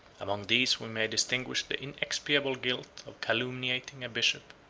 among these we may distinguish the inexpiable guilt of calumniating a bishop,